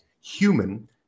human